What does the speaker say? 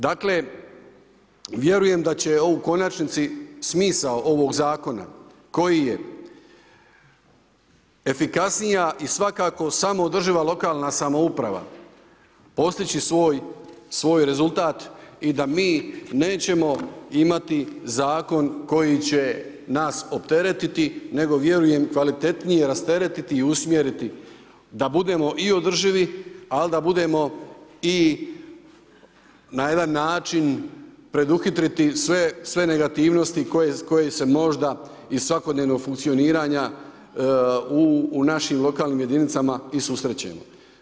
Dakle vjerujem da će u konačnici smisao ovog zakona koji je efikasnija i svakako samoodrživa lokalna samouprava postići svoj rezultat i da mi nećemo imati zakon koji će nas opteretiti nego vjerujem kvalitetnije rasteretiti i usmjeriti da budemo i održivi ali da budemo i na jedan način preduhitriti sve negativnosti koje se možda iz svakodnevnog funkcioniranja u našim lokalnim jedinicama i susrećemo.